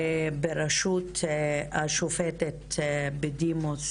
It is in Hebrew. בראשות השופטת בדימוס